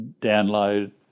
download